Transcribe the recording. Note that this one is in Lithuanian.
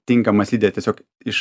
tinkamą slidę tiesiog iš